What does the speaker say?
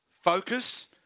focus